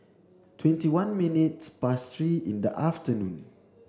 twenty one minutes past three in the afternoon